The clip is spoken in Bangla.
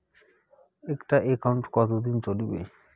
একটা একাউন্ট কতদিন চলিবে?